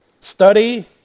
Study